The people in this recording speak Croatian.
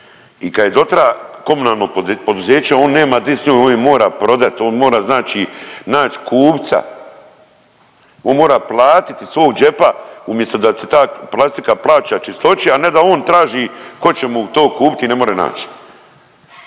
i kad je dotra komunalno poduzeće on nema di s njom, on ju mora prodat, on mora znači naći kupca, on mora platiti iz svoj džepa umjesto da se ta plastika plaća Čistoći, a ne da on traži tko će mu to kupiti i ne more naći,